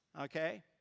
okay